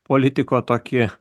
politiko tokį